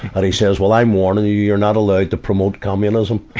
and he said, well, i'm warning you you're not allowed to promote communism.